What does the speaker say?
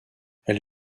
elle